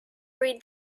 read